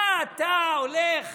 מה אתה הולך